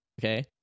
okay